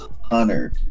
Hunter